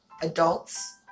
adults